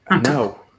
No